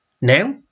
now